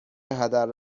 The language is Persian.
هدر